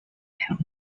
have